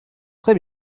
très